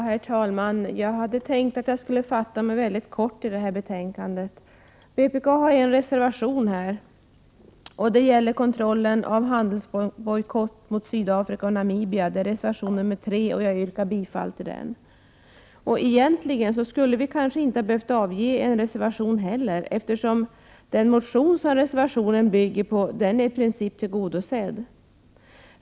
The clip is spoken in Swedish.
Herr talman! Jag tänker fatta mig kort. Vpk har en reservation till betänkandet, reservation 3, som gäller kontrollen av handelsbojkotten mot Sydafrika och Namibia. Jag yrkar bifall till denna reservation. Egentligen skulle vi kanske inte ha behövt avge en reservation, eftersom kraven i den motion som reservationen bygger på i princip har blivit tillgodosedda.